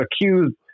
accused